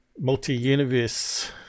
multi-universe